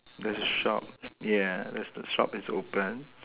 there's a shop yeah there's the shop it's open